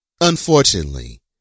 Unfortunately